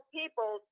people